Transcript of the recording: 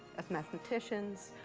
as mathematicians.